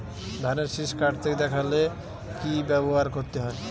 ধানের শিষ কাটতে দেখালে কি ব্যবহার করতে হয়?